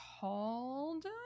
called